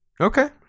Okay